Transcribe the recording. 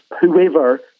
whoever